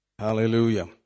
Hallelujah